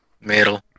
Middle